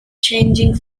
changing